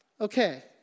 Okay